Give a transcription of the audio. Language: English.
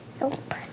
Nope